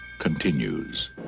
continues